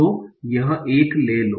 तो यह एक ले लो